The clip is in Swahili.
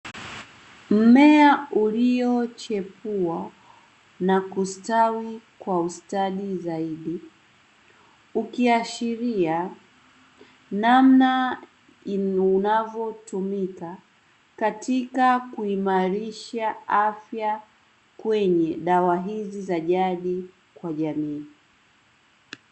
Mmea uliochipua na kustawi kwa ustadi zaidi, ukiashiria namna unavyotumika katika kuimarisha afya kwenye dawa hizi za jadi kwa jamii.